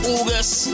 August